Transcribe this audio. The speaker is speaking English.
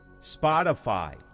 Spotify